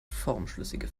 formschlüssige